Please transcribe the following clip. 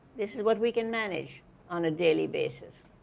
this is what we can manage on a daily basis.